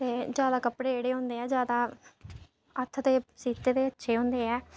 ते जैदा कपड़े जेह्ड़े होंदे ऐ जैदा हत्थ दे सीते दे अच्छे होंदे ऐ